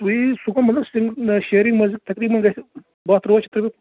ونۍ یی سُہ گوو مطلب شیرِنگ منٛز چھُ تقریٖباً گژھِ دہ ترواہ شیتھ رۄپیہِ